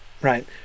right